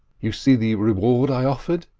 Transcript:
you see the reward i offered?